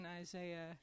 Isaiah